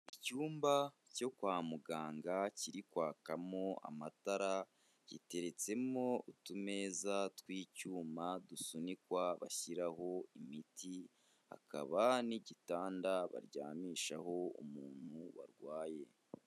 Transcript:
Icyumba cyo kwa muganga kiri kwakamo amatara giteretsemo utumeza tw'icyuma dusunikwa bashyiraho imitikaba n'igitanda baryamishaho umuntu warwaye.